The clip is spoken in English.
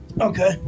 Okay